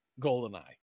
GoldenEye